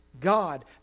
God